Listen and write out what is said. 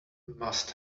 must